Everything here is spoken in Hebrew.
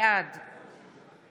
בעד